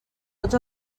tots